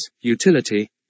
utility